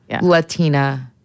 Latina